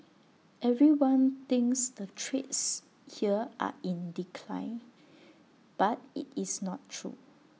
everyone thinks the trades here are in decline but IT is not true